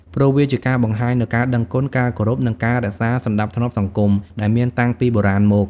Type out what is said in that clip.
ព្រោះវាជាការបង្ហាញនូវការដឹងគុណ ការគោរព និងការរក្សាសណ្តាប់ធ្នាប់សង្គមដែលមានតាំងពីបុរាណមក។